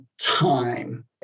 time